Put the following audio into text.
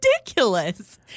ridiculous